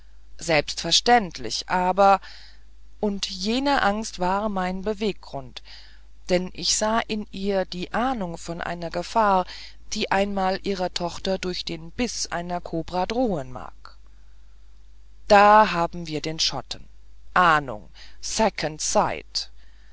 selbstverständlich aber und jene angst war mein beweggrund denn ich sah in ihr die ahnung von einer gefahr die einmal ihrer tochter durch den biß einer kobra drohen mag da haben wir den schotten ahnung second